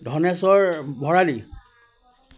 Dhaneswar Bharali